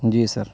جی سر